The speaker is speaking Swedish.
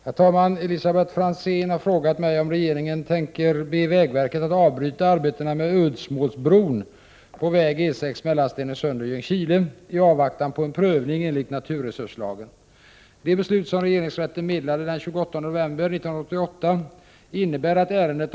Herr talman! Elisabet Franzén har frågat mig om regeringen tänker be vägverket att avbryta arbetena med Ödsmålsbron på väg E 6 mellan Stenungsund och Ljungskile i avvaktan på prövning enligt naturresurslagen.